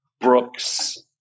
Brooks